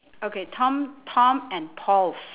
okay tom tom and paul's